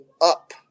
up